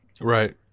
right